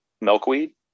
milkweed